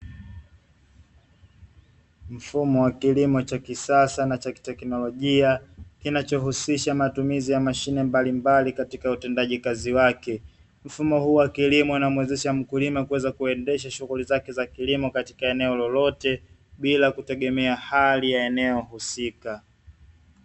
Mfumo wa kilimo cha kisasa na cha kiteknolojia, kinachohusisha matumizi ya mashine mbalimbali katika utendaji kazi wake. Mfumo huu wa kilimo unamuwezesha mkulima kuweza kuendesha shughuli zake za kilimo katika eneo lolote, bila kutegemea hali ya eneo husika.